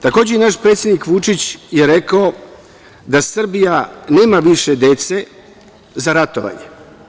Takođe, i naš predsednik Vučić je rekao da Srbija nema više dece za ratovanje.